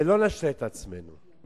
ושלא נשלה את עצמנו,